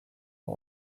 all